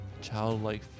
childlike